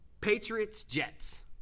Patriots-Jets